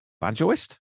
banjoist